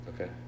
okay